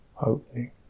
Opening